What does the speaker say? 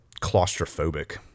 claustrophobic